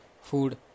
food